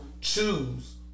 choose